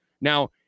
Now